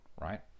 right